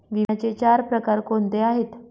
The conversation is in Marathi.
विम्याचे चार प्रकार कोणते आहेत?